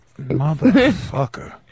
Motherfucker